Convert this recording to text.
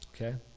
Okay